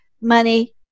money